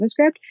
JavaScript